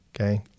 okay